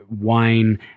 wine